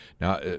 Now